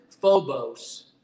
phobos